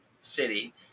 city